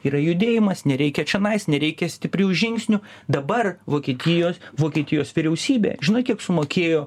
yra judėjimas nereikia čionais nereikia stiprių žingsnių dabar vokietijos vokietijos vyriausybė žinai kiek sumokėjo